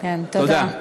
תודה.